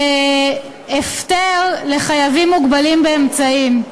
הפטר לחייבים מוגבלים באמצעים.